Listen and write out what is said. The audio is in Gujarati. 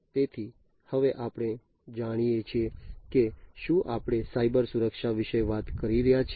તેથી હવે આપણે જાણીએ છીએ કે શું આપણે સાયબર સુરક્ષા વિશે વાત કરી રહ્યા છીએ